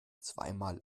zweimal